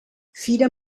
fira